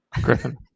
Griffin